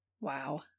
wow